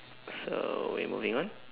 so we moving on